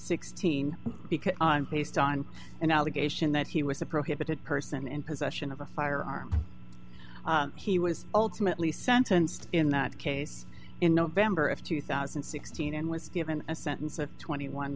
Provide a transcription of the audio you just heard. on based on an allegation that he was a prohibited person and possession of a firearm he was ultimately sentenced in that case in november of two thousand and sixteen and was given a sentence of twenty one